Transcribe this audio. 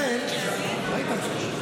אדוני השר,